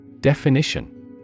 Definition